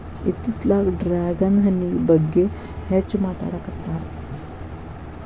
ಇತ್ತಿತ್ತಲಾಗ ಡ್ರ್ಯಾಗನ್ ಹಣ್ಣಿನ ಬಗ್ಗೆ ಹೆಚ್ಚು ಮಾತಾಡಾಕತ್ತಾರ